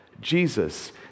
Jesus